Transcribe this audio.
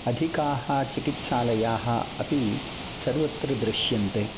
अधिकाः चिकित्सालयाः अपि सर्वत्र दृष्यन्ते